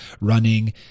running